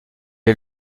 est